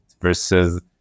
versus